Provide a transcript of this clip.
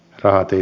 raati